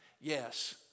Yes